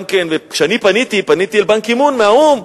כשאני פניתי, פניתי אל באן קי-מון מהאו"ם